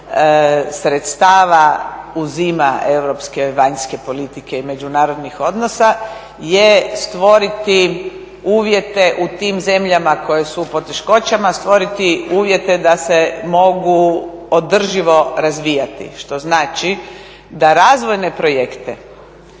sredstava uzima europske i vanjske politike i međunarodnih odnosa, je stvoriti uvjete u tim zemljama koje su u poteškoćama, stvoriti uvjete da se mogu održivo razvijati, što znači da razvojne projekte